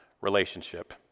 relationship